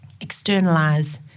externalize